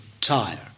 tire